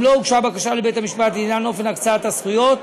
אם לא הוגשה בקשה לבית-המשפט לעניין אופן הקצאת הזכויות,